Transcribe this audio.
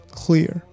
clear